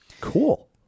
cool